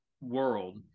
world